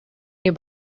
new